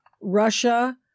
Russia